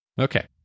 Okay